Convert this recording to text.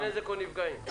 רק נזק ונפגעים.